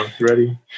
ready